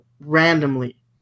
randomly